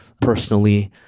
personally